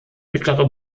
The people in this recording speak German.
mittlere